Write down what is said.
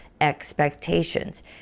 expectations